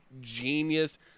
Genius